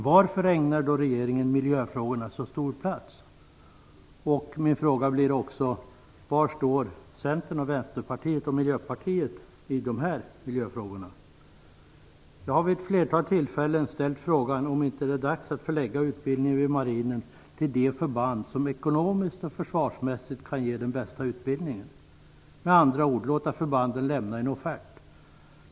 Varför ägnar då regeringen miljöfrågorna så stor plats? Min fråga blir också: Var står Centern, Vänsterpartiet och Miljöpartiet i dessa frågor? Jag har vid ett flertal tillfällen ställt frågan om ifall det inte är dags att förlägga utbildningen vid marinen till de förband som ekonomiskt och försvarsmässigt kan ge den bästa utbildningen, med andra ord att låta förbanden lämna en offert.